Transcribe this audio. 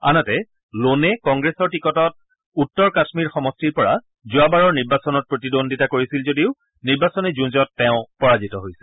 আনহাতে লোনে কংগ্ৰেছৰ টিকটত উত্তৰ কাশ্মীৰ সমষ্টিৰ পৰা যোৱাবাৰৰ নিৰ্বাচনত প্ৰতিদ্বন্দ্বিতা কৰিছিল যদিও নিৰ্বাচনী যুঁজত তেওঁ পৰাজিত হৈছিল